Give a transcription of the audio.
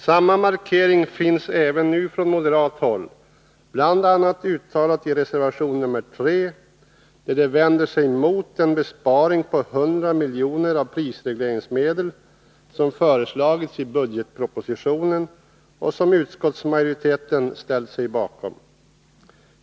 Samma markering finns även nu från moderat håll, bl.a. uttalad i reservation 3, där de vänder sig emot den besparing på 100 milj.kr. av prisregleringsmedel som föreslagits i budgetpropositionen och som utskottsmajoriteten ställt sig bakom.